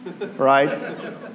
right